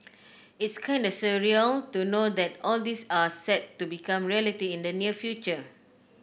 it's kinda surreal to know that all this are set to become reality in the near future